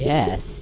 Yes